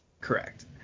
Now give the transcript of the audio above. Correct